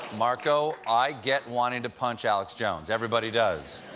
marco, i get wanting to punch alex jones. everybody does.